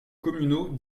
communaux